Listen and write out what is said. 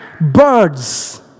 Birds